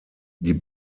die